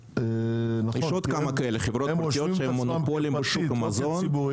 יש עוד כמה חברות כאלה שהן מונופול בשוק המזון